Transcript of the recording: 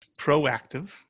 proactive